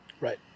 Right